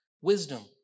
wisdom